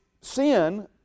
sin